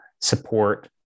support